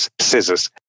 scissors